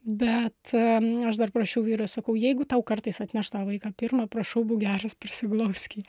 bet aš dar prašiau vyrui sakau jeigu tau kartais atneš tą vaiką pirmą prašau būk geras prisiglausk jį